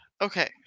okay